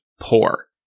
poor